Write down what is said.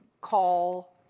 call